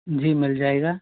जी मिल जाएगा